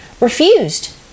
refused